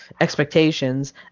expectations